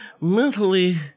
mentally